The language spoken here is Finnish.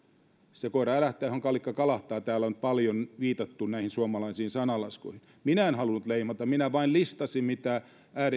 se koira älähtää johon kalikka kalahtaa täällä on paljon viitattu näihin suomalaisiin sanalaskuihin minä en halunnut leimata minä vain listasin mitä